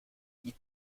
die